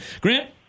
Grant